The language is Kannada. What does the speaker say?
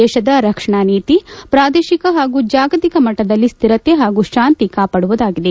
ದೇಶದ ರಕ್ಷಣಾ ನೀತಿ ಪ್ರಾದೇಶಿಕ ಹಾಗೂ ಜಾಗತಿಕ ಮಟ್ಟದಲ್ಲಿ ಸ್ಥಿರತೆ ಹಾಗೂ ಶಾಂತಿ ಕಾಪಾಡುವುದಾಗಿದೆ